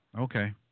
okay